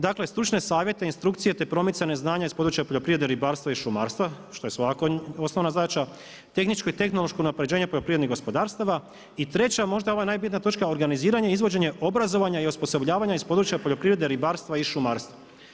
Dakle, stručne savjete i instrukcije te promicanje znanja iz poljoprivrede, ribarstva i šumarstva što je svakako osnovna zadaća, tehničko i tehnološko unapređenje poljoprivrednih gospodarstava i treća možda ova najbitnija točka, organiziranje izvođenje obrazovanja i osposobljavanja iz područja poljoprivrede, ribarstva i šumarstva.